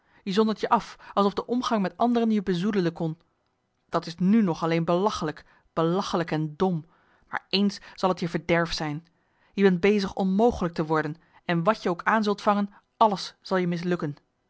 zondert je af alsof de omgang met anderen je bezoedelen kon dat is nu nog alleen belachelijk belachelijk en dom maar eens zal marcellus emants een nagelaten bekentenis het je verderf zijn je bent bezig onmogelijk te worden en wat je ook aan zult vangen alles zal je mislukken